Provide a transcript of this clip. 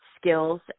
skills